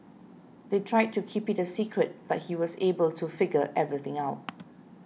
they tried to keep it a secret but he was able to figure everything out